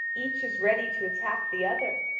each is ready to attack the other,